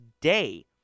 day